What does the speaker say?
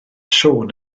siôn